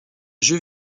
jeu